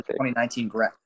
2019